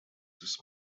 this